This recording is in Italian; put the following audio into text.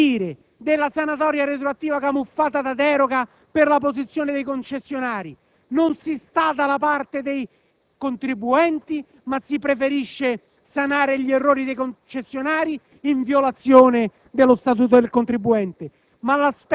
E che dire della sanatoria retroattiva camuffata da deroga per la posizione dei concessionari? Non si sta dalla parte dei contribuenti, ma si preferisce sanare gli errori dei concessionari in violazione dello Statuto del contribuente.